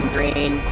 Green